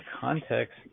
context